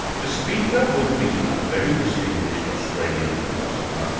the speaker will be a very distinguished australian philosopher,